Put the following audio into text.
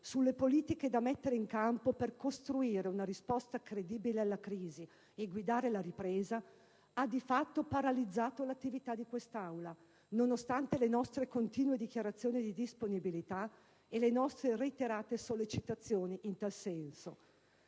sulle politiche da mettere in campo per costruire una risposta credibile alla crisi e guidare la ripresa ha, di fatto, paralizzato l'attività di questa Aula, nonostante le nostre continue dichiarazioni di disponibilità e le nostre reiterate sollecitazioni in tal senso.